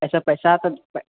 ऐसा पैसा तऽ पै